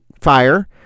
fire